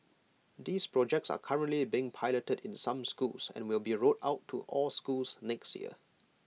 these projects are currently being piloted in some schools and will be rolled out to all schools next year